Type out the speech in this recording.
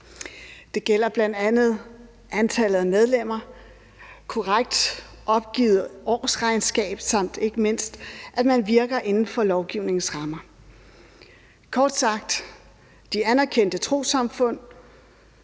Det gælder bl.a. antallet af medlemmer, korrekt opgivet årsregnskab samt ikke mindst, at man virker inden for lovgivningens rammer. Kort sagt: Lever de anerkendte trossamfund